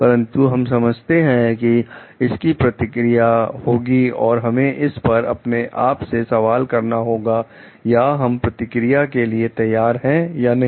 परंतु हम समझते हैं कि इसकी प्रतिक्रिया होगी और हमें इस पर अपने आप से सवाल करना होगा या हम प्रतिक्रिया के लिए तैयार हैं या नहीं